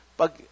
pag